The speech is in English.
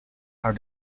are